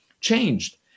changed